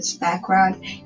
background